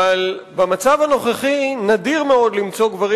אבל במצב הנוכחי נדיר מאוד למצוא גברים